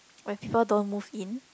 when people don't move in